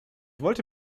wollte